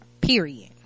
Period